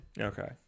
Okay